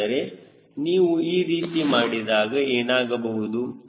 ಹಾಗಾದರೆ ನೀವು ಈ ರೀತಿ ಮಾಡಿದಾಗ ಏನಾಗಬಹುದು